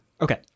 Okay